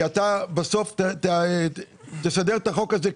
כי בסוף אתה תסדר את החוק הזה,